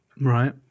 right